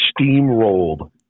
steamrolled